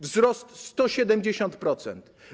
Wzrost - 170%.